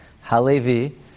Halevi